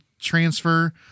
transfer